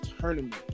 tournament